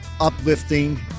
uplifting